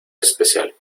especial